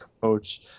coach